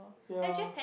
ya